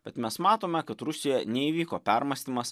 bet mes matome kad rusijoje neįvyko permąstymas